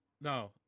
No